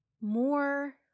more